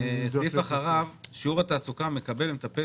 סעיף אחריו שיעור התעסוקה המקבל המטפל